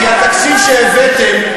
כי התקציב שהבאתם,